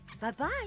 Bye-bye